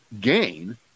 gain